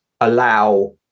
allow